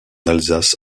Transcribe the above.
alsace